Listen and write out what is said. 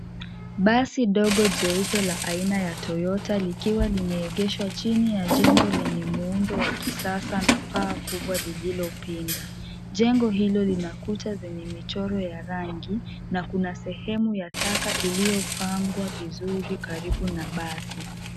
Basi dogo jeupe la aina ya Toyota likiwa limeegeshwa chini ya jengo lenye muundo wa kisasa na paa kubwa lililopinda. Jengo hilo lina kuta yenye michoro ya rangi na kuna sehemu ya taka iliyopangwa vizuri karibu na basi.